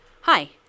Hi